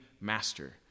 master